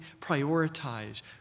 prioritize